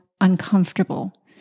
uncomfortable